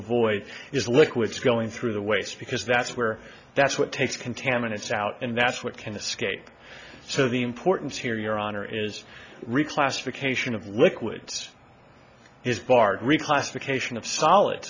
avoid is liquids going through the waste because that's where that's what takes contaminants out and that's what can escape so the importance here your honor is reclassification of liquids is barred reclassification of sol